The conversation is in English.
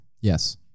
Yes